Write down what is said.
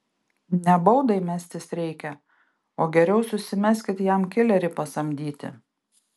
ne baudai mestis reikia o geriau susimeskit jam kilerį pasamdyti